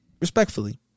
respectfully